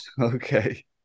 okay